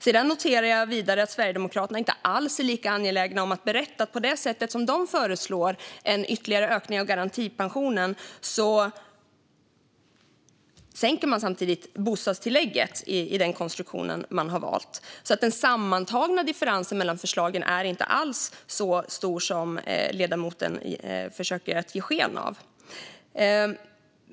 Jag noterar vidare att Sverigedemokraterna inte alls är lika angelägna om att berätta att de, samtidigt som de föreslår en ytterligare ökning av garantipensionen, föreslår en sänkning av bostadstillägget i den konstruktion som de har valt. Den sammantagna differensen mellan förslagen är därför inte alls så stor som ledamoten försöker ge sken av.